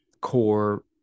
core